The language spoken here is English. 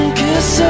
kiss